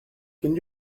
can